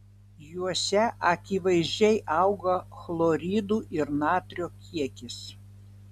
juose akivaizdžiai auga chloridų ir natrio kiekis